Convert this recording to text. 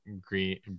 Green